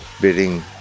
bidding